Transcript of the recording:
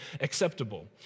acceptable